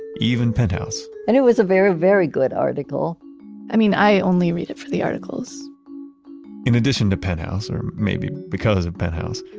even penthouse and it was a very, very good article i mean i only read it for the articles in addition to penthouse, or maybe because of penthouse,